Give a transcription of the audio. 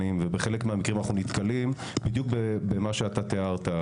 ובחלק מהמקרים אנחנו נתקלים בדיוק במה שאתה תיארת,